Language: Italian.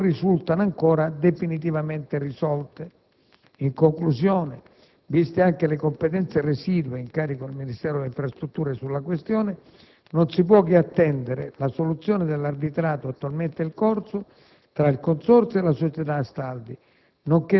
che non risultano ancora definitivamente risolte. In conclusione, viste anche le competenze residue in carico al Ministero delle infrastrutture sulla questione, non si può che attendere la soluzione dell'arbitrato attualmente in corso tra il Consorzio e la società Astaldi,